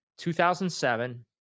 2007